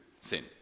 sin